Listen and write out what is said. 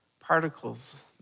Particles